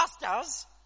pastors